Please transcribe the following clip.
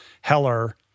Heller